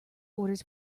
orders